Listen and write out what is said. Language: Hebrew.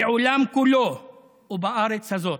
בעולם כולו ובארץ הזאת